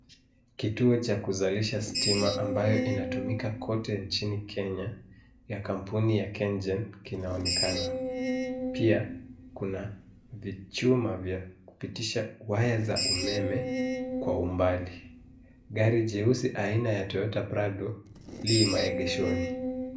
Kituo cha kuzalisha stima ambayo inatumika kote nchini Kenya ya kampuni ya KenGen kinaonekana. Pia kuna vichuma vya kupitisha waya za umeme kwa umbali. Gari jeusi aina ya Toyota Prado li maegeshoni.